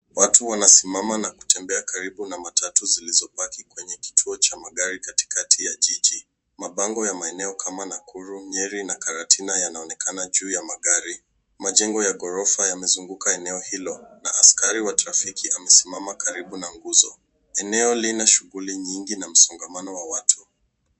Watu wanasimama na kutembea karibu na matatu zilizopaki kwenye kituo cha magari, katikati ya jiji. Mabango ya maeneo kama Nakuru, Nyeri na Karatina yanaonekana juu ya magari. Majengo ya ghorofa yamezunguka eneo hilo na askari wa trafiki amesimama karibu na nguzo. Eneo lina shughuli nyingi na msongamano wa watu.